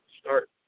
start